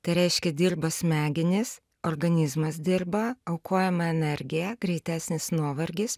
tai reiškia dirba smegenys organizmas dirba aukojama energija greitesnis nuovargis